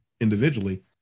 individually